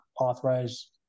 authorize